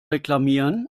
reklamieren